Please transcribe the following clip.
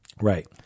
Right